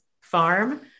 farm